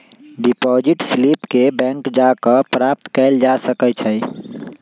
deposit slip के bank जा कऽ प्राप्त कएल जा सकइ छइ